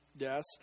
Yes